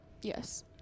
Yes